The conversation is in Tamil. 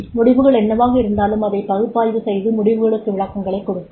முடிவுகள் என்னவாக இருந்தாலும் அதைப் பகுப்பாய்வு செய்து முடிவுகளுக்கு விளக்கங்களைக் கொடுப்பார்